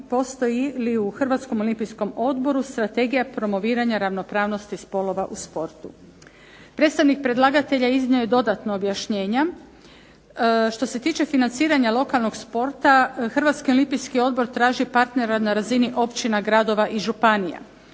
postoji li u Hrvatskom olimpijskom odboru strategija promoviranja ravnopravnosti spolova u sportu. Predstavnik predlagatelja iznio je dodatno objašnjenja. Što se tiče financiranja lokalnog sporta Hrvatski olimpijski odbor traži partnera na razini općina, gradova i županija.